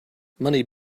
money